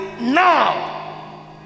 now